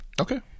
Okay